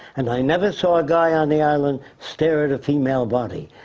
and i never saw a guy on the island starred at a female body.